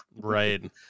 Right